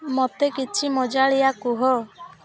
ମୋତେ କିଛି ମଜାଳିଆ କୁହ